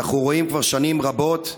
ואנחנו רואים כבר שנים רבות,